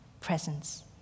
presence